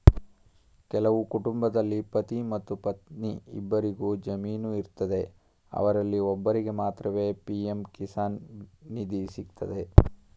ಕೆಲವು ಕುಟುಂಬದಲ್ಲಿ ಪತಿ ಮತ್ತು ಪತ್ನಿ ಇಬ್ಬರಿಗು ಜಮೀನು ಇರ್ತದೆ ಅವರಲ್ಲಿ ಒಬ್ಬರಿಗೆ ಮಾತ್ರವೇ ಪಿ.ಎಂ ಕಿಸಾನ್ ನಿಧಿ ಸಿಗ್ತದೆ